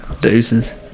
Deuces